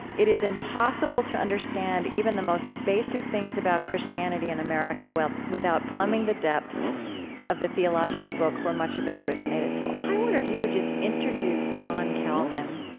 it is impossible to understand even the most basic things about christianity in america without plumbing the depths of the theological book where much of it originated. so i wonder if you would just introduce john calvin